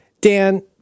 dan